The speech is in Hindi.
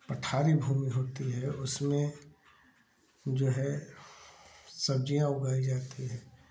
पठारी भूमि होती है उसमें जो है सब्जियाँ उगाई जाती हैं